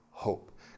hope